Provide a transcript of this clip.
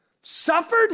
Suffered